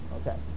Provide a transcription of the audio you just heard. Okay